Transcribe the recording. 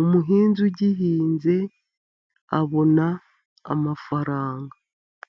umuhinzi ugihinze abona amafaranga.